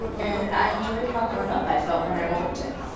and i enjoyed how grown up i felt when i walked him.